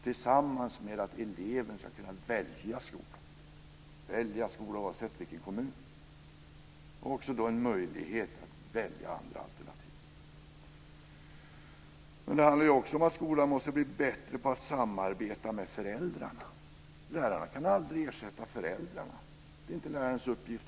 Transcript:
Detta tillsammans med att eleven kan välja skola, oavsett kommun, och har möjlighet att välja andra alternativ handlar det om. Det handlar också om att skolan måste bli bättre på att samarbeta med föräldrarna. Lärarna kan aldrig ersätta föräldrarna, och det är heller inte lärarnas uppgift.